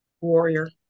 Warrior